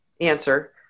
answer